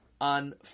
on